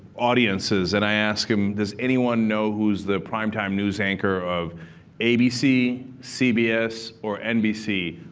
audiences, and i ask them, does anyone know who's the primetime news anchor of abc, cbs, or nbc?